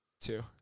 Two